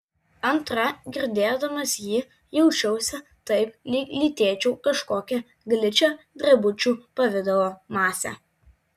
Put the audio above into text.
antra girdėdamas jį jaučiausi taip lyg lytėčiau kažkokią gličią drebučių pavidalo masę